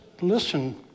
listen